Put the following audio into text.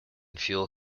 fuel